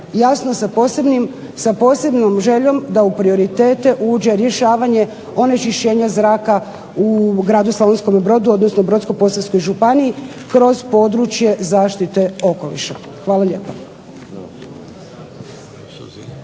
Jasno sa posebnom željom da u prioritete uđe rješavanje onečišćenja zraka u gradu Slavonskome Brodu, odnosno u Brodsko-posavskoj županiji kroz područje zaštite okoliša. Hvala lijepa.